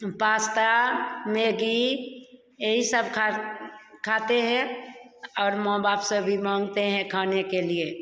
pasta Maggi यही सब खाते हैं और माँ बाप से भी माँगते हैं खाने के लिए